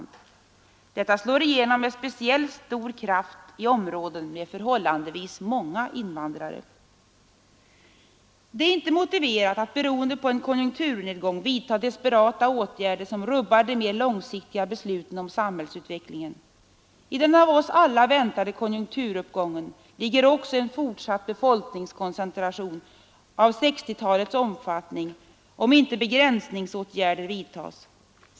16 december 1972 Detta slår igenom med speciellt stor kraft i områden med förhållandevis landet kan ju inte finna skäl att flytta till Stockholm och fortsätta att Det är inte motiverat att beroende på en konjunkturnedgång vidta desperata åtgärder som rubbar de mer långsiktiga besluten om samhällsutvecklingen. I den av oss alla väntade konjunkturuppgången ligger också en fortsatt befolkningskoncentration av 1960-talets omfattning om inte begränsningsåtgärder vidtas.